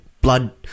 blood